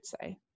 say